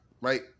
right